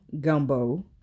gumbo